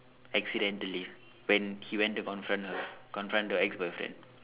accidentally when he went to confront the confront the ex boyfriend